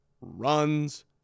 runs